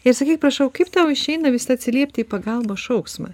ir sakyk prašau kaip tau išeina visada atsiliepti į pagalbos šauksmą